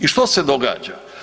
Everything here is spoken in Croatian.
I što se događa?